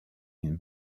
une